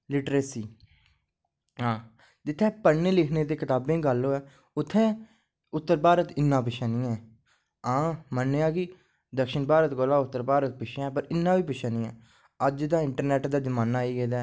literacy आं जित्थें पढ़ने लिखने जां कताबें दी गल्ल होऐ उत्थें उत्तर भारत इन्ना पिच्छे निं ऐ आं मन्नेआ की दक्षिण भारत कोला उत्तर भारत पिच्छें पर इन्ना बी निं ऐ अज्ज ते इंटरनेट दा जमाना आई गेदा ऐ ऐं